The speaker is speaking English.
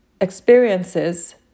experiences